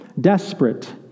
desperate